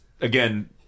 again